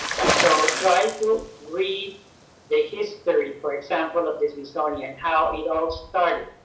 and so try to read the history, for example, of the smithsonian, how it all started.